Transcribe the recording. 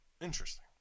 Interesting